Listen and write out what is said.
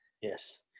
Yes